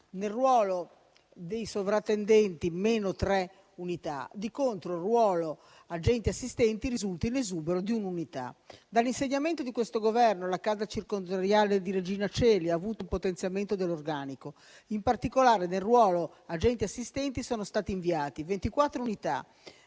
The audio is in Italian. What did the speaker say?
nel ruolo dei sovrintendenti (meno tre unità); di contro, il ruolo degli agenti assistenti risulta in esubero di un'unità. Dall'insediamento di questo Governo la casa circondariale di Regina Coeli ha avuto un potenziamento dell'organico. In particolare, nel ruolo agenti assistenti sono state inviate 24 unità